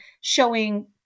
showing